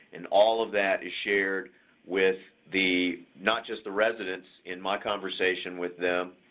and all of that is shared with the, not just the residents in my conversation with them,